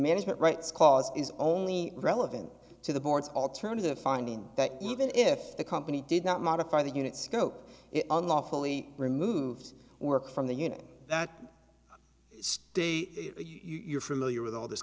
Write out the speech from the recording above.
management rights clause is only relevant to the board's alternative finding that even if the company did not modify the unit scope it unlawfully removed work from the union that state you're familiar with all this